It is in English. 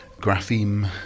grapheme